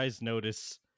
notice